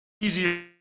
easier